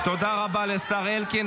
--- תודה רבה לשר אלקין.